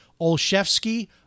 Olszewski